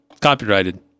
Copyrighted